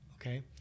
Okay